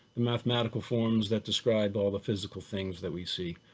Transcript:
the mathematical forms that describe all the physical things that we see.